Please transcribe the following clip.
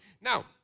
Now